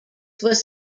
was